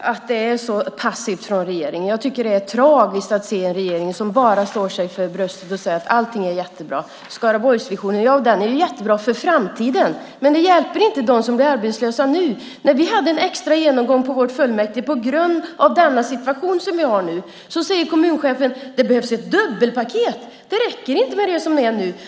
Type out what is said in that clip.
att det är så passivt från regeringen. Jag tycker att det är tragiskt att se en regering som bara slår sig för bröstet och säger att allting är jättebra. Skaraborgsvisionen är jättebra för framtiden, men det hjälper inte dem som blir arbetslösa nu. När vi hade en extra genomgång i vårt fullmäktige på grund av den situation som vi nu har sade kommunchefen: Det behövs ett dubbelpaket. Det räcker inte med det som nu är.